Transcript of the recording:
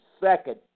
second